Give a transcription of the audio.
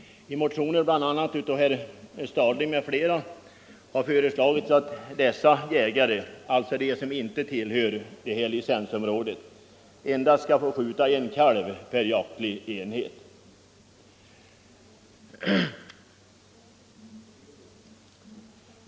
I motioner, bl.a. av herr Stadling m.fl., har föreslagits att de jägare som inte tillhör licensområdet endast skall få skjuta en kalv per jaktlig enhet.